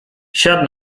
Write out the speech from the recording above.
siadł